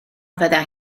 fyddai